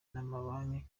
n’amabanki